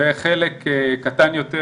וחלק קטן יותר